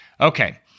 Okay